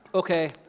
okay